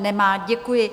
Nemá, děkuji.